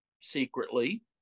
secretly